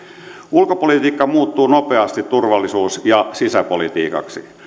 ulkopolitiikka muuttuu nopeasti turvallisuus ja sisäpolitiikaksi